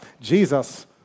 Jesus